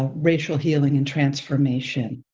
ah racial healing and transformation.